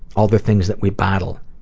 all the things that we battle,